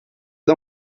con